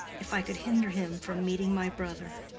if i could hinder him from meeting my brother.